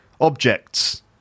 Objects